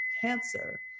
cancer